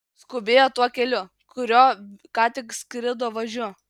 skubėjo tuo keliu kuriuo ką tik skrido važiu